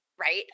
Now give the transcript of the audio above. right